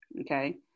Okay